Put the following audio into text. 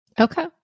Okay